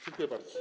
Dziękuję bardzo.